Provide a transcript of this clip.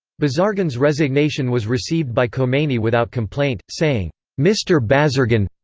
bazargan's resignation was received by khomeini without complaint, saying mr. bazargan.